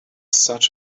such